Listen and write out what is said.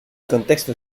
contextos